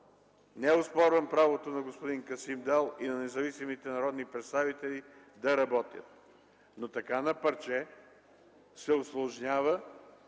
не оспорвам правото на господин Касим Дал и на независимите народни представители да работят, но така на парче се усложнява